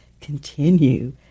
continue